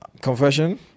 confession